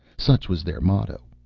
such was their motto,